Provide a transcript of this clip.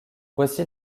voici